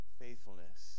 faithfulness